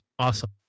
Awesome